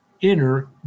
inner